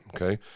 okay